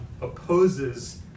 opposes